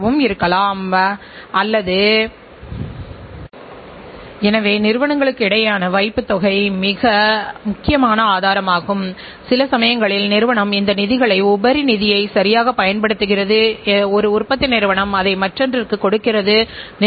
நாம் நமது நிறுவனத்தின் உடைய இலக்கை நிர்ணயித்துள்ளோம் முன்பே தீர்மானிக்கப்பட்டபடி விரும்பிய முறையில் கட்டுப்பாட்டோடு நிறுவனத்தை செயல்படுத்துகிறோம்